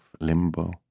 limbo